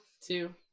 two